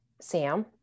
Sam